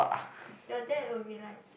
your dad would be like